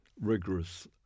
rigorous